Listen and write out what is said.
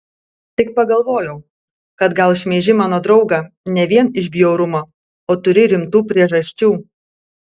tik pagalvojau kad gal šmeiži mano draugą ne vien iš bjaurumo o turi rimtų priežasčių